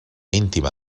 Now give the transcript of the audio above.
íntima